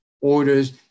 orders